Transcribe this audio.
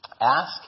ask